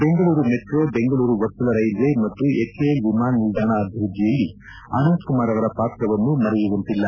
Bengaluru metro Bengaluru ವರ್ತಲ railway ಮತ್ತು HAL ವಿಮಾನ ನಿಲ್ದಾಣ ಅಭಿವೃದ್ದಿಯಲ್ಲಿ ಅನಂತಕುಮಾರ್ ಅವರ ಪಾತ್ರವನ್ನು ಮೆರೆಯುವಂತಿಲ್ಲ